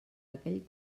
aquell